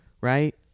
right